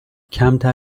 کمتر